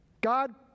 God